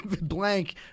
Blank